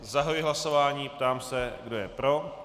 Zahajuji hlasování a ptám se, kdo je pro.